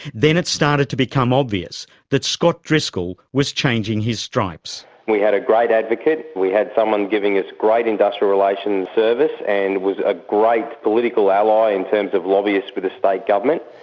then it started to become obvious that scott driscoll was changing his stripes. we had a great advocate, we had someone giving us great industrial relations service and was a great political ally in terms of lobbyist for the state government.